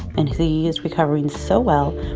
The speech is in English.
and he's recovering so well.